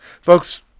Folks